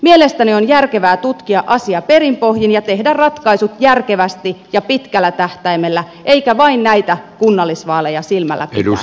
mielestäni on järkevää tutkia asia perin pohjin ja tehdä ratkaisut järkevästi ja pitkällä tähtäimellä eikä vain näitä kunnallisvaaleja silmällä pitäen